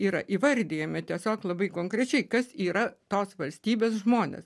yra įvardijami tiesiog labai konkrečiai kas yra tos valstybės žmonės